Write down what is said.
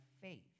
faith